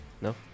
no